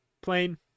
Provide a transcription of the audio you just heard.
Plane